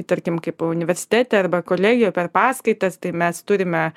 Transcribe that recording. tarkim kaip universitete arba kolegijoje per paskaitas tai mes turime